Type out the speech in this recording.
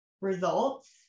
results